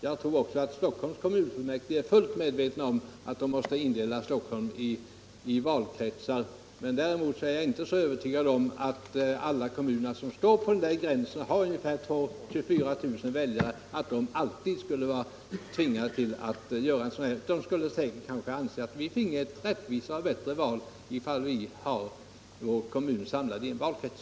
Jag tror också att Stockholms kommunfullmäktige är fullt medvetna om att Stockholms kommun måste indelas i valkretsar. Däremot är jag inte övertygad om att kommuner som befinner sig på gränsen och har ungefär 24 000 väljare alltid skulle känna sig tvingade till en uppdelning. De skulle kanske anse att de fick ett bättre val genom att ha kommunen samlad i en valkrets.